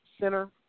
center